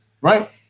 right